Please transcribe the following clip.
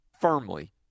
firmly